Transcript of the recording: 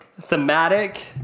thematic